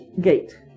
gate